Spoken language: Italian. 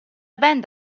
band